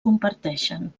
comparteixen